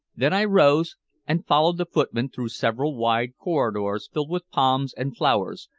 then i rose and followed the footman through several wide corridors filled with palms and flowers,